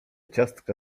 ciastka